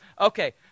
Okay